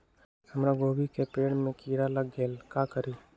हमरा गोभी के पेड़ सब में किरा लग गेल का करी?